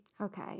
Okay